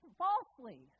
falsely